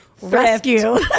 rescue